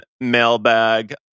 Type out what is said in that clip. mailbag